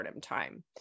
time